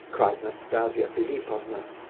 cried nastasia philipovna.